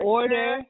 order